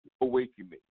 awakening